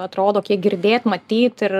atrodo kiek girdėt matyt ir